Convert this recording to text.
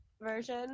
version